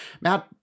Matt